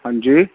ہاں جی